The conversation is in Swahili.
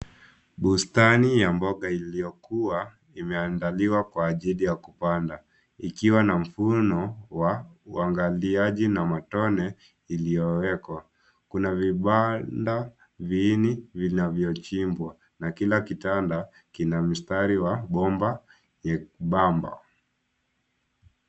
Bustani ya mboga iliyokua imeandaliwa kwa ajili ya kupanda ikiwa na mfumo wa umwagiliaji wa matone iliyowekwa. Kuna vibanda vinne vinavyochimbwa na kila kitanda kina mstari wa bomba nyembamba.